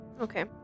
Okay